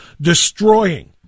destroying